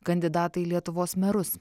kandidatai į lietuvos merus